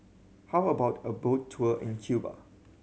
how about a boat tour in Cuba